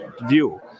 view